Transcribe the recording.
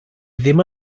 ddim